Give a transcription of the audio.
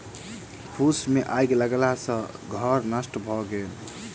फूस मे आइग लगला सॅ घर नष्ट भ गेल